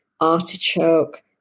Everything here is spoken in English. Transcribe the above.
artichoke